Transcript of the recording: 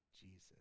Jesus